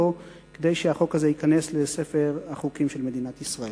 כדי שהחוק הזה ייכנס לספר החוקים של מדינת ישראל.